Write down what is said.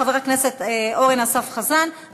אורן אסף חזן,